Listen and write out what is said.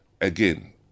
Again